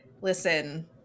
Listen